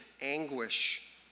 anguish